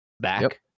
back